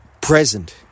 present